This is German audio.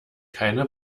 keine